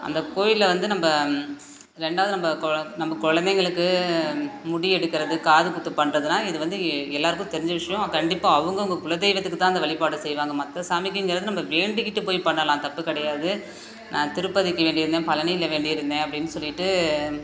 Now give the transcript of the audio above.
அந்த கோவிலில் வந்து நம்ம ரெண்டாவது நம்ம கொ நம்ம கொழந்தைங்களுக்கு முடி எடுக்கிறது காது குத்து பண்றதுன்னால் இது வந்து எல்லோருக்கும் தெரிஞ்ச விஷயம் கண்டிப்பாக அவங்க அவங்க குலதெய்வத்துக்கு தான் வழிப்பாடு செய்வாங்க மற்ற சாமிக்கிங்கிறது நம்ம வேண்டிக்கிட்டு போய் பண்ணலாம் தப்பு கிடையாது நான் திருப்பதிக்கு வேண்டி இருந்தேன் பழனியில வேண்டி இருந்தேன் அப்படின்னு சொல்லிட்டு